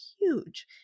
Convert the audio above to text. huge